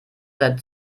seit